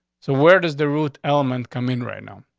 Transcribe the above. so where does the root element come in right now?